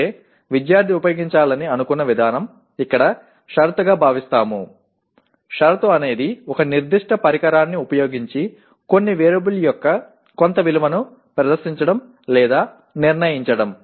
అంటే విద్యార్ధి ఉపయోగించాలని అనుకున్న విధానం ఇక్కడ షరతు గా భావిస్తాము షరతు అనేది ఒక నిర్దిష్ట పరికరాన్ని ఉపయోగించి కొన్ని వేరియబుల్ యొక్క కొంత విలువను ప్రదర్శించడం లేదా నిర్ణయించడం